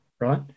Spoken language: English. right